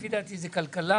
לפי דעתי זה שייך